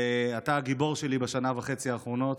אתה הגיבור שלי בשנה וחצי האחרונות.